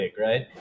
right